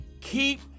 keep